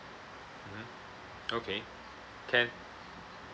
mmhmm okay can